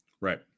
Right